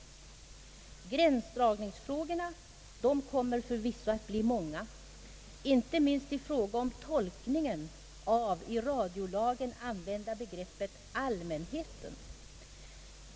Gränsdragningsfrågorna kommer förvisso att bli många, inte minst i fråga om tolkningen av det i radiolagen använda begreppet »allmänheten».